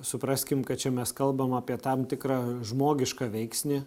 supraskim kad čia mes kalbam apie tam tikrą žmogišką veiksnį